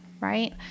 right